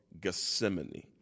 Gethsemane